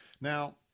Now